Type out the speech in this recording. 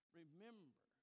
remember